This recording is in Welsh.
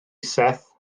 seth